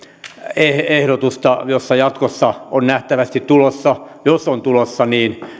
ehdotusta jossa jatkossa on nähtävästi tulossa jos on tulossa